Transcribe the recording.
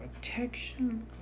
protection